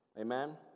Amen